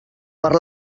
per